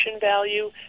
value